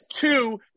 Two